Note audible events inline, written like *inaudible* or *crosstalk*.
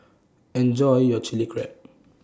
*noise* Enjoy your Chili Crab